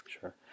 sure